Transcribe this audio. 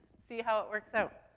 see how it works out.